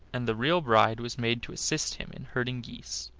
and the real bride was made to assist him in herding geese.